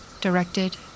Directed